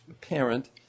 parent